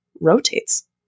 rotates